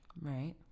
Right